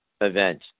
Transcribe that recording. event